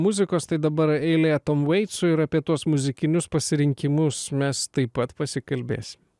muzikos tai dabar eilė tom vaitsui ir apie tuos muzikinius pasirinkimus mes taip pat pasikalbėsim